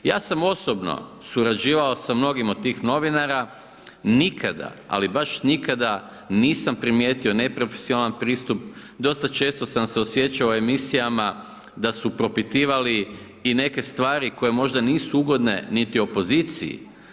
Ja sam osobno surađivao sa mnogim od tih novinara, nikada, ali baš nikada nisam primijetio neprofesionalan pristup, dosta često sam se osjećao u emisijama da su propitivali i neka stvari koje možda nisu ugodne niti opoziciji.